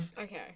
Okay